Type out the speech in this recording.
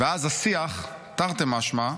ואז השיח, תרתי משמע,